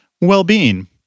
well-being